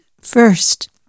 first